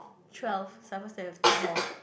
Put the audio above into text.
twelve supposed to have two more